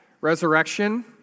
resurrection